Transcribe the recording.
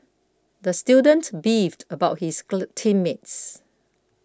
the student beefed about his team mates